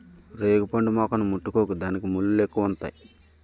రేగుపండు మొక్కని ముట్టుకోకు దానికి ముల్లెక్కువుంతాయి